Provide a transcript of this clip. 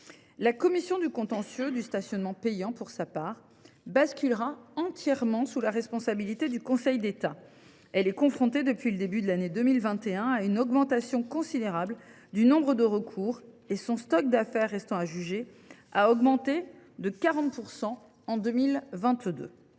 La commission du contentieux du stationnement payant basculera, quant à elle, entièrement sous la responsabilité du Conseil d’État. Elle est confrontée depuis le début de l’année 2021 à une augmentation considérable du nombre de recours et son stock d’affaires restant à juger a augmenté de 40 % en 2022.